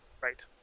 right